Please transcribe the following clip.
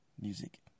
music